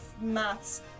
maths